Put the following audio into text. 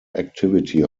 activity